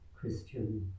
Christian